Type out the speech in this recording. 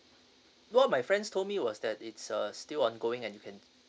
what my friends told me was that it's uh still ongoing and can